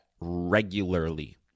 regularly